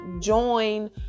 join